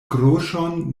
groŝon